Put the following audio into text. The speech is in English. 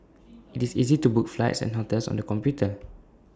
IT is easy to book flights and hotels on the computer